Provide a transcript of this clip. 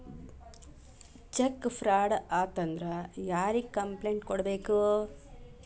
check fraud ಆತಂದ್ರ ಯಾರಿಗ್ complaint ಕೂಡ್ಬೇಕು